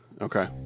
Okay